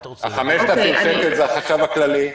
5,000 שקל זה החשב הכללי.